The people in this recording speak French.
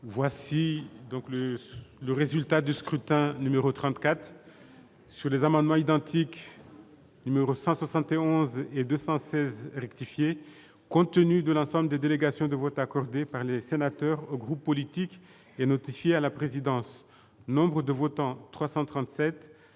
donc le le résultat du scrutin numéro 34 sur les amendements identiques ne ressent 71 et 216 rectifier, compte tenu de l'ensemble des délégations de vote accordé par les sénateurs au groupes politique et notifié à la présidence Nombre de votants : 337